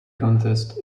contest